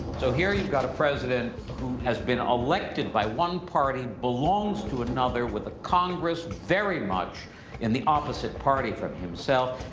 so here you've got a president who has been elected by one party, belongs to another with a congress very much in the opposite party from himself.